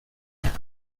caire